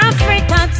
Africa